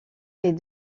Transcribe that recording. est